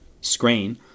screen